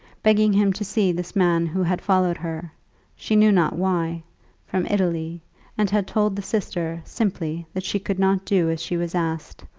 begging him to see this man who had followed her she knew not why from italy and had told the sister simply that she could not do as she was asked,